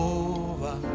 over